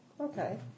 Okay